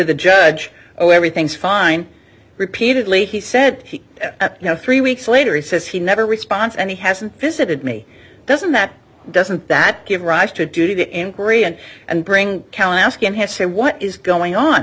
the judge oh everything's fine repeatedly he said he you know three weeks later he says he never response and he hasn't visited me doesn't that doesn't that give rise to do the inquiry and and bring count asking his what is going on